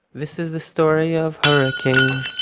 this is the story of hurricane,